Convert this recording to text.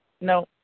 No